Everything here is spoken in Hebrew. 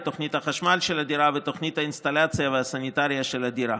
את תוכנית החשמל של הדירה ואת תוכנית האינסטלציה והסניטריה של הדירה,